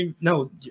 No